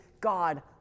God